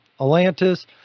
Atlantis